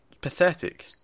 Pathetic